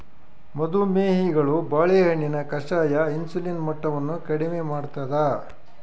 ಮದು ಮೇಹಿಗಳು ಬಾಳೆಹಣ್ಣಿನ ಕಷಾಯ ಇನ್ಸುಲಿನ್ ಮಟ್ಟವನ್ನು ಕಡಿಮೆ ಮಾಡ್ತಾದ